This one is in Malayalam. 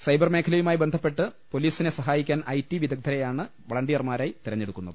സൈബർ മേഖലയുമായി ബന്ധപ്പെട്ട് പൊലീസിനെ സഹാ യിക്കാൻ ഐ ടി വിദഗ്ധരെയാണ് വളണ്ടിയർമാരായി തിരഞ്ഞെടു ക്കുന്നത്